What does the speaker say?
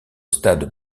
stade